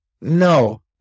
No